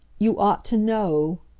you ought to know,